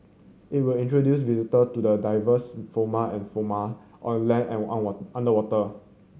it will introduce visitor to the diverse and on land and on what underwater